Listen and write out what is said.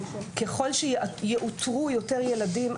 ככל שיאותרו יותר ילדים,